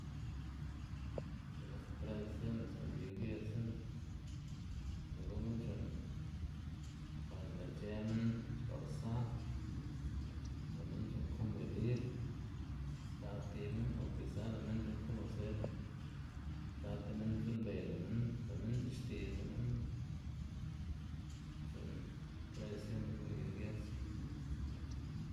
X̱i'k nak tradisiones gu'n yu giedz c̲h̲e'n lë' gunu c̲h̲u'nn par lë' ic̲h̲ë minn xga'lsa, lë' minn c̲h̲u'nn konbibir kad tib minn o kisa lë' minn c̲h̲u'nn konoser kad ti minn c̲h̲u'nnbeyda minn lë' minn c̲h̲ixti'dz lë' minn c̲h̲u'nn tradisione gu'n yu giedz.